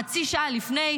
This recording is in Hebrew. חצי שעה לפני,